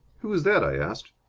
who is that? i asked.